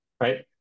right